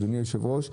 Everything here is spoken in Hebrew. אדוני יושב-ראש הוועדה,